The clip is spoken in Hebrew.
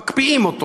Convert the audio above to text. מקפיאים אותו